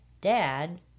dad